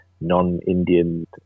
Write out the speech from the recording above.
non-Indian